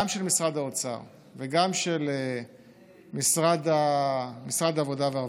גם של משרד האוצר וגם של משרד העבודה והרווחה,